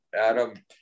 Adam